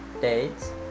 dates